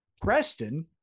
Preston